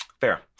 Fair